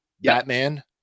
Batman